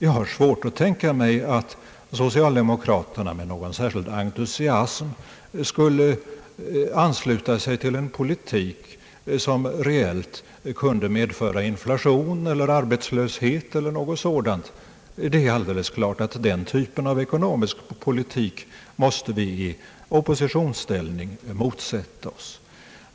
Jag har svårt att tänka mig att socialdemokraterna med någon särskild entusiasm skulle ansluta sig till en politik som reellt kunde medföra inflation, arbetslöshet eller något sådant; det är alldeles klart att den typen av ekonomisk politik måste vi i oppositionsställning motsätta oss.